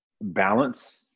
balance